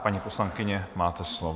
Paní poslankyně, máte slovo.